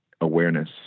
awareness